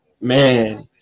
Man